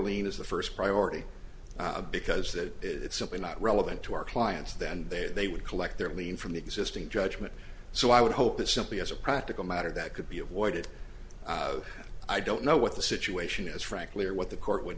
lein is the first priority because that is simply not relevant to our clients then they they would collect their lien from the existing judgment so i would hope that simply as a practical matter that could be avoided i don't know what the situation is frankly or what the court would